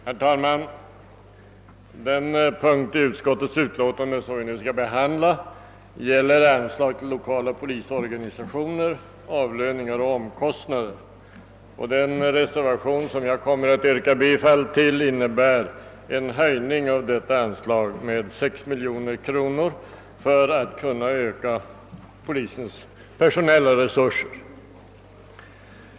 Herr talman! Den punkt i utskottets utlåtande som vi nu skall behandla gäller anslag till avlöningar och omkostnader för den lokala polisorganisationen. Den reservation som jag kommer att yrka bifall till innebär en höjning av detta anslag med 6 miljoner kronor. Denna höjning motiveras av att vi skall kunna öka polisens personella resurser.